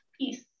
peace